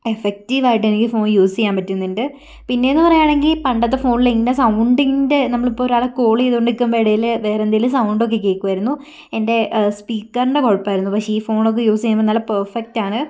effective ആയിട്ട് എനിക്ക് phone use ചെയ്യാൻ പറ്റുന്നുണ്ട് പിന്നെയെന്ന് പറയുകയാണെങ്കിൽ പണ്ടത്തെ ഫോണിൽ എൻ്റെ സൗണ്ടിൻ്റെ നമ്മളിപ്പോൾ ഒരാളെ കോൾ ചെയ്തുകൊണ്ട് നിൽക്കുമ്പം ഇടയിൽ വേറെന്തെങ്കിലും സൗണ്ടൊക്കെ കേക്കുമായിരുന്നു എൻ്റെ സ്പീക്കറിൻ്റെ കുഴപ്പമായിരുന്നു പക്ഷെ ഈ ഫോണൊക്കെ യൂസ് ചെയ്യുമ്പോൾ നല്ല പെർഫെക്റ്റാണ്